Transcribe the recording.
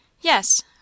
Yes